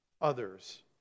others